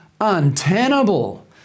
untenable